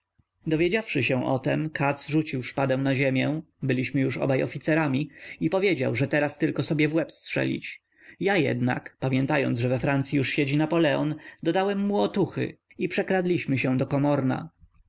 dowiedziawszy się o tem katz rzucił szpadę na ziemię byliśmy już obaj oficerami i powiedział że teraz tylko sobie w łeb strzelić ja jednak pamiętając że we francyi już siedzi napoleon dodałem mu otuchy i przekradliśmy się do komorna